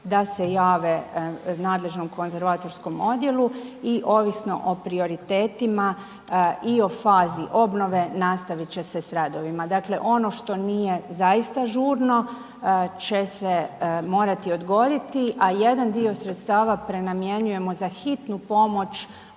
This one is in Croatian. da se jave nadležnom konzervatorskom odjelu i ovisno o prioritetima i o fazi obnove nastavit će se s radovima. Dakle, ono što nije zaista žurno će se morati odgoditi, a jedan dio sredstava prenamjenjujemo za hitnu pomoć